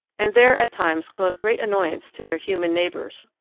and there at times cause great annoyance to their human neighbours.